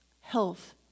health